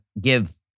give